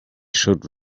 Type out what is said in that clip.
should